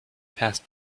passed